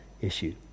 issue